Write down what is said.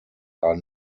are